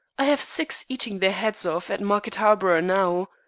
i have six eating their heads off at market harborough now.